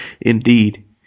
Indeed